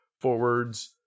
forwards